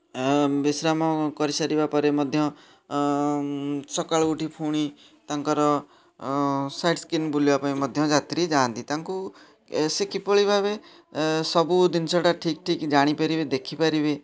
ବିଶ୍ରାମ କରି ସାରିବା ପରେ ମଧ୍ୟ ସକାଳୁ ଉଠି ପୁଣି ତାଙ୍କର ସାଇଡ଼୍ ସିନ୍ ବୁଲିବା ପାଇଁ ମଧ୍ୟ ଯାତ୍ରୀ ଯାଆନ୍ତି ତାଙ୍କୁ ସେ କିଭଳି ଭାବେ ସବୁ ଜିନିଷଟା ଠିକ୍ଠାକ୍ ଜାଣି ପାରିବେ ଦେଖି ପାରିବେ